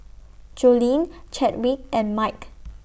Joleen Chadwick and Mike